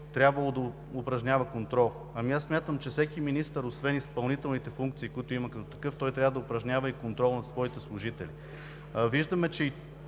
трябва да упражнява контрол? Ами аз смятам, че всеки министър, освен изпълнителните функции, които има като такъв, той трябва да упражнява и контрол на своите служители. Виждаме, че и